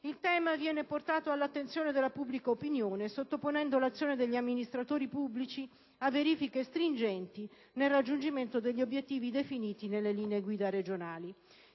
il tema è portato all'attenzione della pubblica opinione sottoponendo l'azione degli amministratori pubblici a verifiche stringenti nel raggiungimento degli obiettivi definiti nelle linee guida regionali.